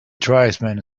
tribesman